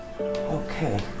Okay